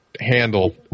handle